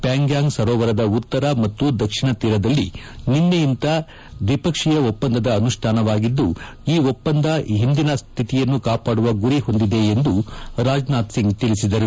ಪ್ಯಾಂಗ್ಯಾಂಗ್ ಸರೋವರದ ಉತ್ತರ ಮತ್ತು ದಕ್ಷಿಣ ತೀರದಲ್ಲಿ ನಿನ್ನೆಯಿಂತ ದ್ಷಿಪಕ್ಷೀಯ ಒಪ್ಸಂದದ ಅನುಷ್ಠಾನವಾಗಿದ್ದು ಈ ಒಪ್ಸಂದ ಹಿಂದಿನ ಸ್ಡಿತಿಯನ್ನು ಕಾಪಾಡುವ ಗುರಿ ಹೊಂದಿದೆ ಎಂದು ರಾಜನಾಥ್ ಸಿಂಗ್ ಹೇಳಿದ್ದಾರೆ